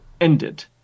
ended